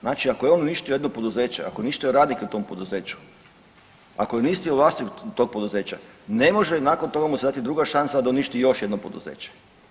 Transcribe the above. Znači ako je on uništio jedno poduzeće, ako je uništio radnike u tom poduzeću, ako je uništio vlasnika tog poduzeća ne može nakon toga mu se dati druga šansa da uništi još jedno poduzeće.